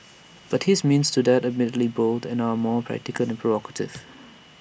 but his means to that admittedly bold end are more practical than provocative